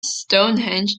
stonehenge